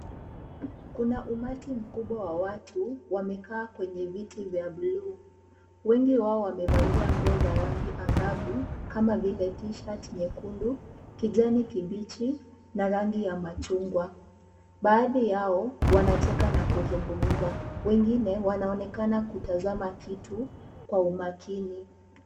Kuna umati mkubwa wa watu wamekaa kwenye viti vya blue . Wengi wao wamevalia nguo za rangi angavu kama vile t shirt nyekundu, kijani kibichi na rangi ya machungwa. Baadhi yao wanacheka na kuzungumza. Wengine wanaonekana kutazama kitu kwa umakini.